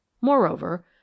Moreover